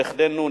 נכדינו,